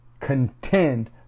contend